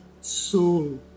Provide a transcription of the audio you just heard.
soul